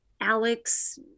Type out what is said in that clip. Alex